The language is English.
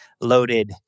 loaded